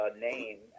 name